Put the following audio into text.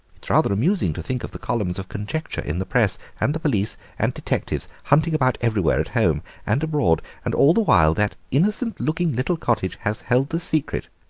it's rather amusing to think of the columns of conjecture in the press and the police and detectives hunting about everywhere at home and abroad, and all the while that innocent-looking little cottage has held the secret.